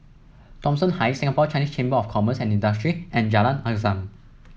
Thomson Heights Singapore Chinese Chamber of Commerce and Industry and Jalan Azam